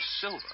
silver